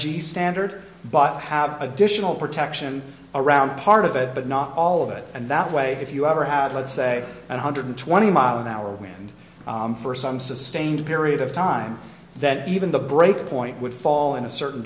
reggie standard but have additional protection around part of it but not all of it and that way if you ever had let's say one hundred twenty mile an hour wind for some sustained period of time then even the breakpoint would fall in a certain